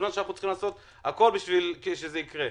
וכל זאת בזמן שאנחנו צריכים לעשות הכול כדי שזה יקרה.